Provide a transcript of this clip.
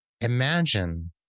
imagine